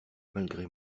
malgré